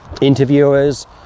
interviewers